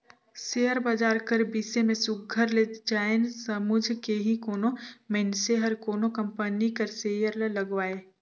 share बजार कर बिसे में सुग्घर ले जाएन समुझ के ही कोनो मइनसे हर कोनो कंपनी कर सेयर ल लगवाए